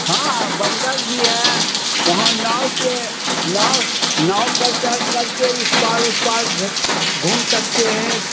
हाँ हाँ बंदर भी है वहाँ नाव से नाव नाव पर चढ़ करके इस पार उस पार झ घूम सकते हैं